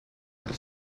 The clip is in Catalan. per